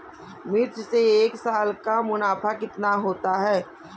मिर्च से एक साल का मुनाफा कितना होता है?